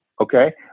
Okay